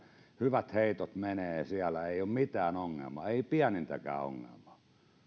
hyvät heitot menevät siellä ei ole mitään ongelmaa ei pienintäkään ongelmaa